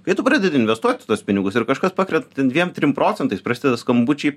kai tu pradedi investuoti tuos pinigus ir kažkas pakrenta ten dviem trim procentais prasideda skambučiai